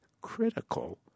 critical